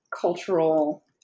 cultural